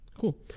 cool